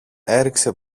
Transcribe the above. έριξε